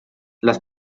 les